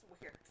weird